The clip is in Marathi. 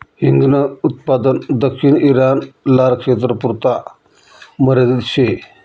हिंगन उत्पादन दक्षिण ईरान, लारक्षेत्रपुरता मर्यादित शे